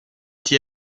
t’y